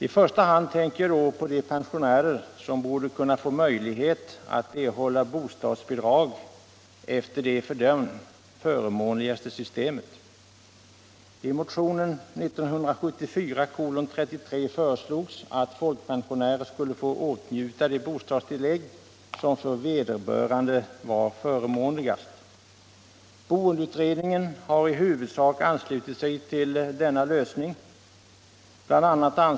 I första hand tänker jag då på de pensionärer som borde kunna få bostadsbidrag efter det för dem förmånligaste systemet. I motionen 1974:33 föreslogs att folkpensionärer skulle få åtnjuta det bostadstillägg som för vederbörande var förmånligast. Boendeutredningen har i huvudsak anslutit sig till denna lösning.